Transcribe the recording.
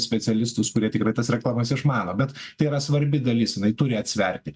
specialistus kurie tikrai tas reklamas išmano bet tai yra svarbi dalis jinai turi atsverti